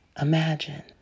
Imagine